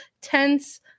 tense